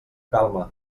calma